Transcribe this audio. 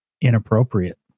inappropriate